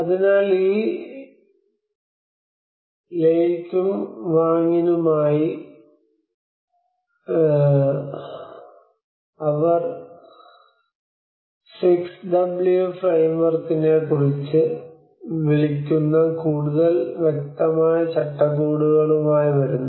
അതിനാൽ ഈ ലെയ്ക്കും വാങിനുമായി വിളിക്കുന്ന കൂടുതൽ വ്യക്തമായ ചട്ടക്കൂടുകളുമായി വരുന്നു